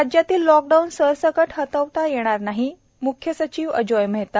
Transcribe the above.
राज्यातील lockdown सरसकट हटविता येणार नाही म्ख्य सचिव आजोय मेहता